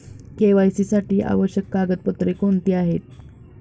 KYC साठी आवश्यक कागदपत्रे कोणती आहेत?